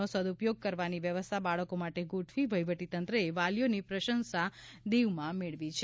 વેકેશનનો સદઉપયોગ કરવાની વ્યવસ્થા બાળકો માટે ગોઠવી વહીવટીતંત્રએ વાલીઓની પ્રશંસા દિવમાં મેળવી છે